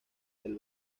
del